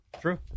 True